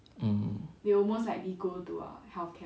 mm